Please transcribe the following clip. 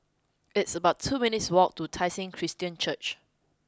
it's about two minutes' walk to Tai Seng Christian Church